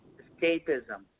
escapism